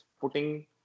putting